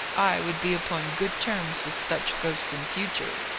i would be upon good terms with such ghosts in future.